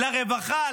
לרווחה,